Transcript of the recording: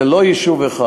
זה לא יישוב אחד.